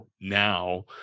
now